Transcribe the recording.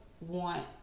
want